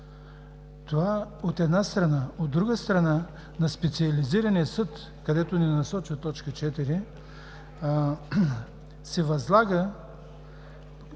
Това от една страна. От друга страна, на Специализирания съд, където ни насочва т. 4, се възлага